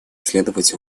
следовать